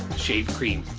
shave cream.